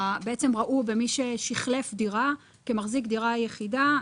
ראו במי ששחלף דירה כמחזיק דירה יחידה,